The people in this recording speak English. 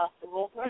possible